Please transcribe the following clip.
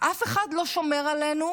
אף אחד לא שומר עלינו,